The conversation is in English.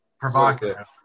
provocative